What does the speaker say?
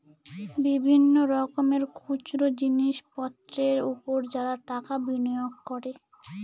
বিভিন্ন রকমের খুচরো জিনিসপত্রের উপর যারা টাকা বিনিয়োগ করে